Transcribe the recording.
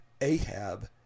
Ahab